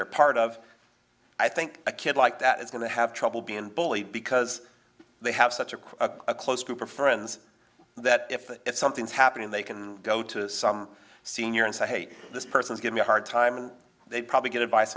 they're part of i think a kid like that is going to have trouble being bully because they have such a close group of friends that if something's happening they can go to some senior and say hey this person give me a hard time and they probably get advice